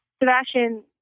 Sebastian